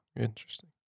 Interesting